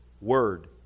word